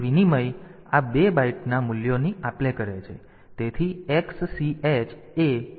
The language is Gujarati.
તેથી વિનિમય આ 2 બાઈટના મૂલ્યોની આપલે કરે છે